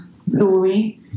stories